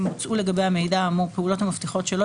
אם בוצעו לגבי המידע האמור פעולות המבטיחות שלא